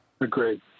Agreed